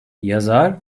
yazar